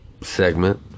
segment